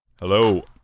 Hello